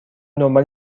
دنبال